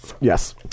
Yes